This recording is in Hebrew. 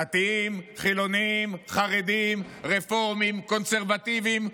דתיים, חילונים, חרדים, רפורמים, קונסרבטיבים,